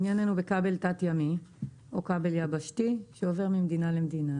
עניינו בכבל תת ימי או כבל יבשתי שעובר ממדינה למדינה.